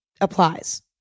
applies